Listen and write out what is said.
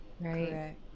Right